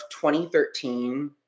2013